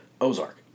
Ozark